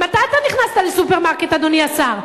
מתי אתה נכנסת לסופרמרקט, אדוני השר?